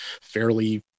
fairly